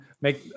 make